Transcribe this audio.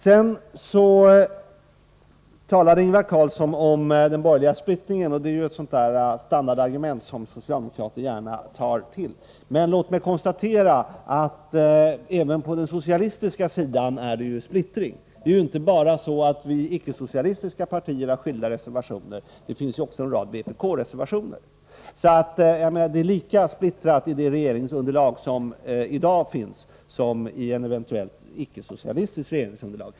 Vidare talade Ingvar Carlsson om den borgerliga splittringen, och det är ju ett standardargument som socialdemokrater gärna tar till. Men låt mig konstatera att det även på den socialistiska sidan råder splittring. Det är ju inte bara de icke-socialistiska partierna som har avvgivit reservationer, utan det finns också en rad vpk-reservationer. Det regeringsunderlag som i dag finns är alltså lika splittrat som ett eventuellt icke-socialistiskt regeringsunderlag.